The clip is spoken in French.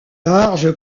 large